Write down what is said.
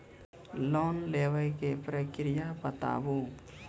Loan लेवे के प्रक्रिया बताहू?